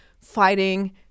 Fighting